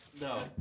No